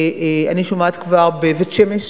אני שומעת כבר שבבית-שמש